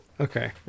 Okay